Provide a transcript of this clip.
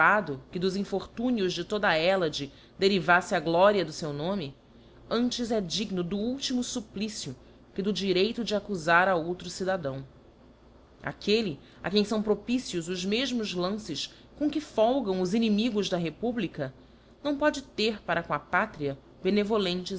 refervado que dos infortúnios de toda a hellade derivafle a gloria do feu nome antes é digno do ultimo fupplicio que do direito de accufar a outro cidadão aquelle a quem fão propicios os mefmos lances com que folgam os inimigos da republica não pode ter para com a pátria benevolentes